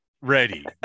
ready